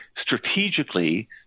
strategically